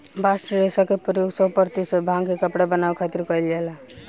bast रेशा के प्रयोग सौ प्रतिशत भांग के कपड़ा बनावे खातिर कईल जाला